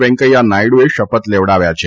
વેંકૈથા નાયડુએ શપથ લેવડાવ્યા છે